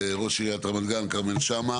ראש עיריית רמת-גן כרמל שאמה